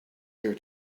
here